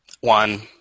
One